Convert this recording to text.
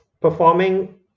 performing